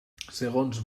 segons